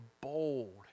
bold